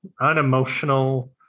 unemotional